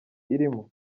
irimo